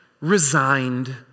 resigned